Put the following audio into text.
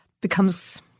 becomes